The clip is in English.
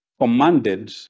commanded